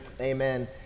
Amen